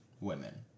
women